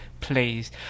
please